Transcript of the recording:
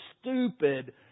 stupid